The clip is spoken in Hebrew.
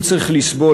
אם צריך לסבול,